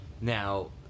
Now